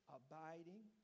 abiding